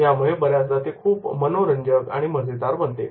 त्यामुळे बऱ्याचदा ते खूप मनोरंजक आणि मजेदार बनते